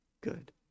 good